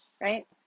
right